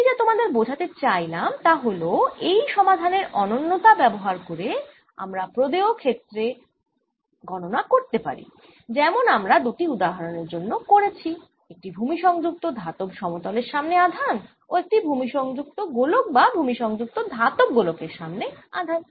আমি যা তোমাদের বোঝাতে চাইলাম তা হল এই সমাধানের অনন্যতা ব্যবহার করে আমরা প্রদেয় ক্ষেত্রে গণনা করতে পারি যেমন আমরা দুটি উদাহরণের জন্য করেছি একটি ভুমি সংযুক্ত ধাতব সমতলের সামনে আধান ও একটি ভুমি সংযুক্ত গোলক বা ভুমি সংযুক্ত ধাতব গোলক এর সামনে আধান